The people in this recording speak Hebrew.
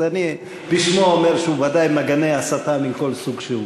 אז אני בשמו אומר שהוא ודאי מגנה הסתה מכל סוג שהוא.